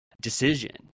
decision